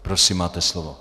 Prosím, máte slovo.